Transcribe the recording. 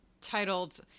titled